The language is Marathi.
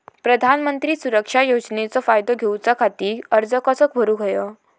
प्रधानमंत्री सुरक्षा योजनेचो फायदो घेऊच्या खाती अर्ज कसो भरुक होयो?